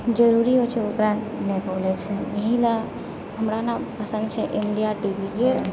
जरूरी होइ छै ओकरा नहि बोलै छै एहिले हमरा नहि पसन्द छै इण्डिया टी वी